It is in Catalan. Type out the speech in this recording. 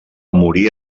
morir